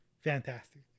fantastic